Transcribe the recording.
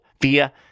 via